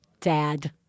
Dad